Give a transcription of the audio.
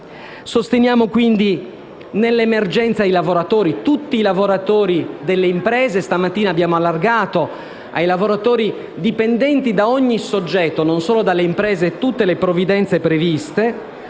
Sosteniamo quindi, nell'emergenza, tutti i lavoratori delle imprese. Stamattina abbiamo esteso ai lavoratori dipendenti da ogni soggetto, non solo dalle imprese, tutte le provvidenze previste.